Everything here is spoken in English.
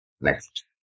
Next